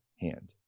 hand